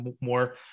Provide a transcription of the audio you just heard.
more